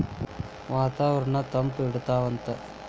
ವಾತಾವರಣನ್ನ ತಂಪ ಇಡತಾವಂತ